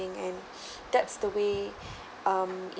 and that's the way um